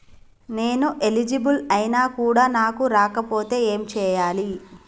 నేను ఎలిజిబుల్ ఐనా కూడా నాకు రాకపోతే ఏం చేయాలి?